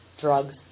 drugs